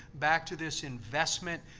back to this investment,